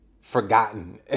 forgotten